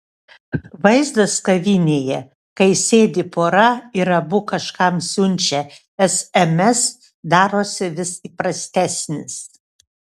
vaizdas kavinėje kai sėdi pora ir abu kažkam siunčia sms darosi vis įprastesnis